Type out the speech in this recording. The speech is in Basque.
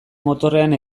motorrean